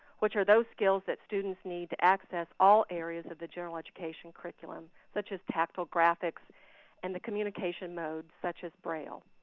which are those skills that students need to access all areas of the general education curriculum such as tactile graphics and the communication mode such as braille.